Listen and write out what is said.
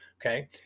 okay